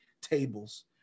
tables